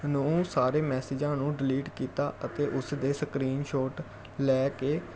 ਨੂੰ ਸਾਰੇ ਮੈਸੇਜਾਂ ਨੂੰ ਡਿਲੀਟ ਕੀਤਾ ਅਤੇ ਉਸ ਦੇ ਸਕਰੀਨਸ਼ੋਟ ਲੈ ਕੇ